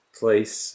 place